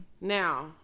Now